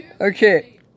Okay